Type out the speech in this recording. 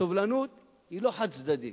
סובלנות היא לא חד-צדדית.